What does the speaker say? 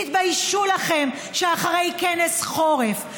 תתביישו לכם שאחרי כנס חורף,